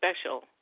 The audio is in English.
special